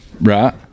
right